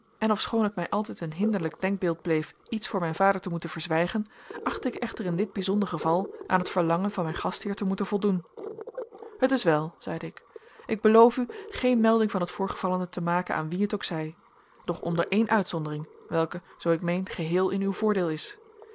en ofschoon het mij altijd een hinderlijk denkbeeld bleef iets voor mijn vader te moeten verzwijgen achtte ik echter in dit bijzonder geval aan het verlangen van mijn gastheer te moeten voldoen het is wel zeide ik ik beloof u geen melding van het voorgevallene te maken aan wien het ook zij doch onder een uitzondering welke zoo ik meen geheel in uw voordeel is